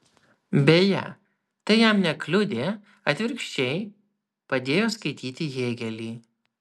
beje tai jam nekliudė atvirkščiai padėjo skaityti hėgelį